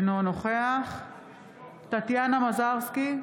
אינו נוכח טטיאנה מזרסקי,